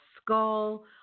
skull